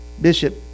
Bishop